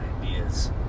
ideas